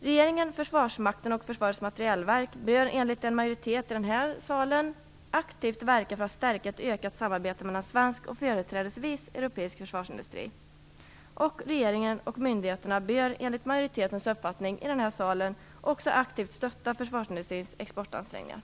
Regeringen, Försvarsmakten och Försvarets materielverk bör enligt en majoritet i denna sal aktivt verka för att stärka ett ökat samarbete mellan svensk och företrädesvis europeisk försvarsindustri. Regeringen och myndigheter bör enligt majoritetens uppfattning också aktivt stötta försvarsindustrins exportansträngningar.